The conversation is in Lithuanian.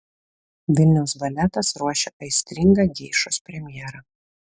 vilniaus baletas ruošia aistringą geišos premjerą